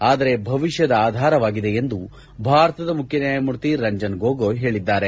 ಆದರೆ ಭವಿಷ್ಯದ ಆಧಾರವಾಗಿದೆ ಎಂದು ಭಾರತದ ಮುಖ್ಯ ನ್ಯಾಯಮೂರ್ತಿ ರಂಜನ್ ಗೊಗೊಯ್ ಹೇಳಿದ್ದಾರೆ